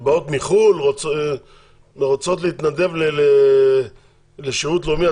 שבאות מחו"ל רוצות להתנדב לשירות לאומי,